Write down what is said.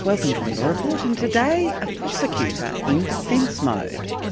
welcome to the law report, and today a prosecutor in defence mode.